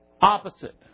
opposite